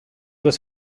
was